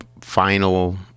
final